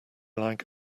like